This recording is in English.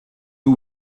who